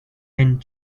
and